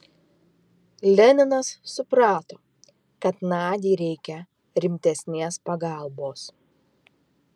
leninas suprato kad nadiai reikia rimtesnės pagalbos